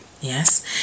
Yes